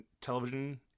television